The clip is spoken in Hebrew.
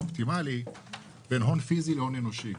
האופטימלי בין הון פיזי להון אנושי.